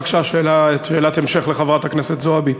בבקשה, שאלת המשך לחברת הכנסת זועבי.